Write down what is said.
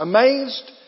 Amazed